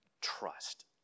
Trust